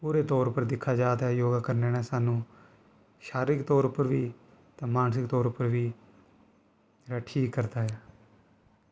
पूरे तौर उप्पर दिक्खेआ जा ते योगा करने नै सानूं शारीरिक तौर उप्पर बी ते मानसिक तौर उप्पर बी ठीक करदा ऐ